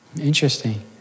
Interesting